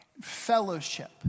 Fellowship